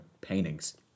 Paintings